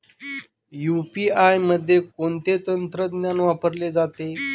UPI मध्ये कोणते तंत्रज्ञान वापरले जाते?